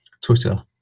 twitter